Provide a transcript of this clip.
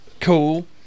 cool